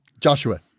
Joshua